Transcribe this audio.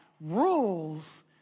rules